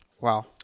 Wow